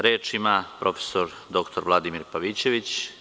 Reč ima prof. dr Vladimir Pavićević.